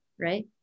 right